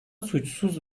suçsuz